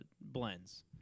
blends